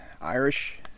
Irish